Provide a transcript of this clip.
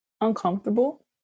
uncomfortable